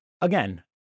again